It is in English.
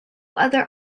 other